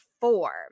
four